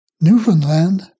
Newfoundland